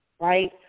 right